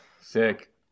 Sick